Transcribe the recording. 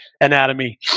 anatomy